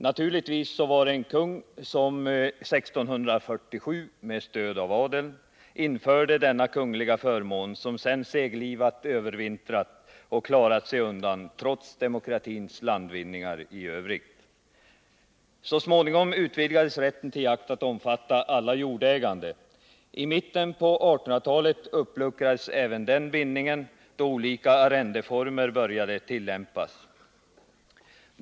Naturligtvis var det en kung som 1647 — med stöd av adeln —- införde denna kungliga förmån som sedan seglivat övervintrat och klarat sig undan, trots demokratins landvinningar i övrigt. Så småningom utvidgades rätten till jakt att omfatta alla jordägande. I mitten på 1800-talet uppluckrades även den bindningen, då olika arrendeformer började tillämpas.